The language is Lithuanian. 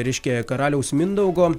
reiškia karaliaus mindaugo